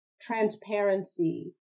transparency